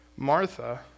Martha